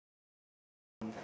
is very common